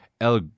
El